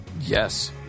Yes